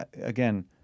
again